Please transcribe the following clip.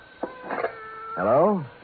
Hello